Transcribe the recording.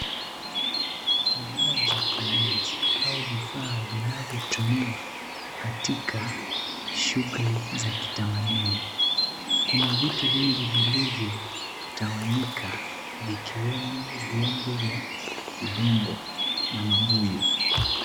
Ni dawa za kienyeji au vifaa vinavyotumiwa katika shughuli za kitamaduni, kuna vitu vingi vilivyotawanyika vikiwemo vyombo ya udongo na mabuyu.